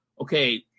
Okay